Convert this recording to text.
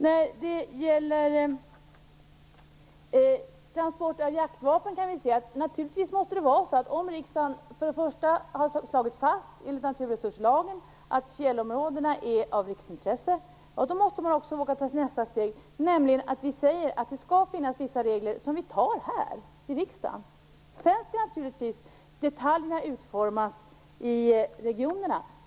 När det gäller transport av jaktvapen vill jag säga att om riksdagen enligt naturresurslagen slagit fast att fjällområdena är av riksintresse, måste vi också våga ta nästa steg och säga att det skall finnas vissa regler och att de skall antas här i riksdagen. Sedan skall naturligtvis detaljerna utformas i regionerna.